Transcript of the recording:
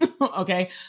okay